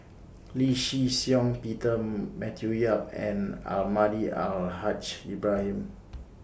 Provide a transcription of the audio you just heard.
Lee Shih Shiong Peter Matthew Yap and Almahdi Al Haj Ibrahim